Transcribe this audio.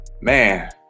man